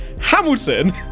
Hamilton